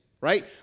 right